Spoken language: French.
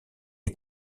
est